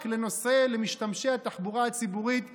רק למשתמשי התחבורה הציבורית לא?